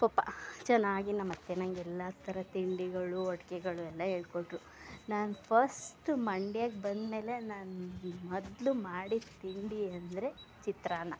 ಪಪ್ಪಾ ಚೆನ್ನಾಗಿ ನಮ್ಮತ್ತೆ ನನಗೆಲ್ಲ ಥರ ತಿಂಡಿಗಳು ಅಡುಗೆಗಳು ಎಲ್ಲ ಹೇಳಿಕೊಟ್ರು ನಾನು ಫಸ್ಟ್ ಮಂಡ್ಯಕ್ಕೆ ಬಂದ್ಮೇಲೆ ನಾನು ಮೊದಲು ಮಾಡಿದ ತಿಂಡಿ ಅಂದರೆ ಚಿತ್ರಾನ್ನ